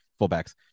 fullbacks